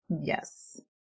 Yes